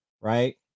right